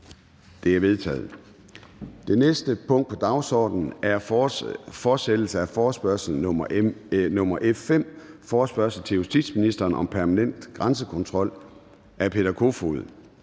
stemmer. --- Det næste punkt på dagsordenen er: 5) Fortsættelse af forespørgsel nr. F 5 [afstemning]: Forespørgsel til justitsministeren om permanent grænsekontrol. Af Peter Kofod